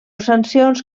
sancions